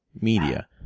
media